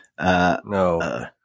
No